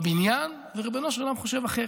בבניין, וריבונו של עולם חושב אחרת.